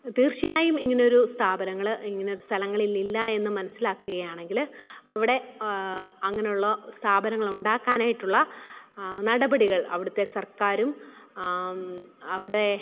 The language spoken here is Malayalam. തീര്ച്ചയായും ഇങ്ങനെയൊരു സ്ഥാപനങ്ങൾ ഇങ്ങനെയൊരു സ്ഥലങ്ങളില് ഇല്ല എന്ന് മനസിലാക്കുകയാണെങ്കിൽ അവിടെ അങ്ങനെയുള്ള സ്ഥാപനങ്ങള് ഉണ്ടാക്കാനായിട്ടുള്ള നടപടികള് അവിടുത്തെ സര്ക്കാരും അവിടെ